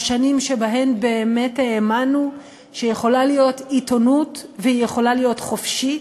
בשנים שבהן באמת האמנו שיכולה להיות עיתונות והיא יכולה להיות חופשית,